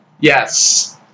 Yes